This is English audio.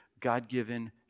God-given